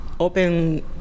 open